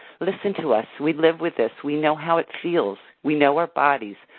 listen to us. we live with this. we know how it feels. we know our bodies.